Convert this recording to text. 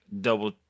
double